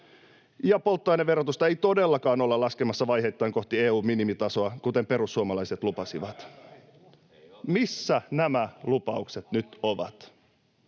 ja polttoaineverotusta ei todellakaan olla laskemassa vaiheittain kohti EU:n minimitasoa, kuten perussuomalaiset lupasivat. [Miko Bergbom: